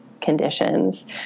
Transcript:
conditions